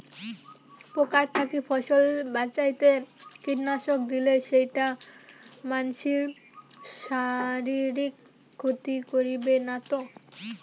পোকার থাকি ফসল বাঁচাইতে কীটনাশক দিলে সেইটা মানসির শারীরিক ক্ষতি করিবে না তো?